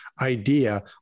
idea